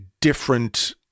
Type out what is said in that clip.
different